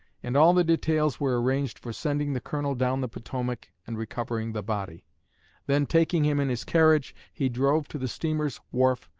and all the details were arranged for sending the colonel down the potomac and recovering the body then, taking him in his carriage, he drove to the steamer's wharf,